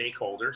stakeholders